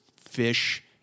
fish